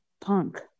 punk